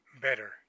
better